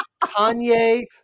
Kanye